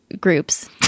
Groups